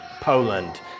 Poland